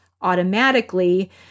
automatically